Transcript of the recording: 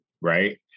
right